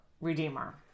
Redeemer